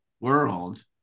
world